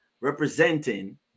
representing